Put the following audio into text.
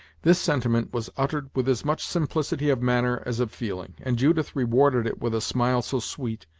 this sentiment was uttered with as much simplicity of manner as of feeling, and judith rewarded it with a smile so sweet,